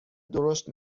درشت